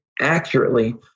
accurately